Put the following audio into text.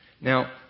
Now